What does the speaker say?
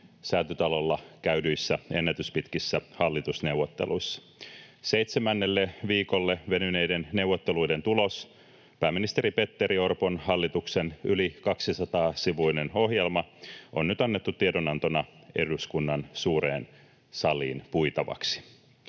Säätytalolla käydyissä ennätyspitkissä hallitusneuvotteluissa. Seitsemännelle viikolle venyneiden neuvotteluiden tulos, pääministeri Petteri Orpon hallituksen yli 200-sivuinen ohjelma, on nyt annettu tiedonantona eduskunnan suureen saliin puitavaksi.